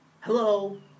Hello